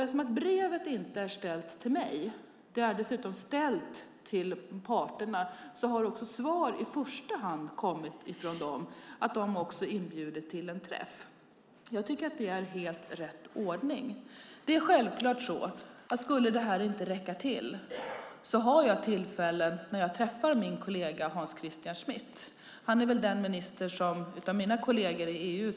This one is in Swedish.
Eftersom brevet dessutom inte är ställt till mig utan till parterna har svar i första hand kommit från dem, och de inbjuder också till en träff. Jag tycker att det är helt rätt ordning. Det är självklart att om detta inte skulle räcka till har jag tillfällen när jag träffar min kollega Hans Christian Schmidt. Han är den minister som jag träffar mest av mina kolleger i EU.